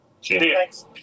Cheers